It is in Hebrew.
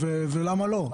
למה לא?